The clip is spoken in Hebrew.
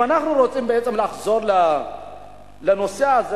אם אנחנו רוצים בעצם לחזור לנושא של